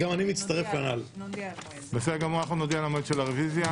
נודיע על מועד הרביזיה.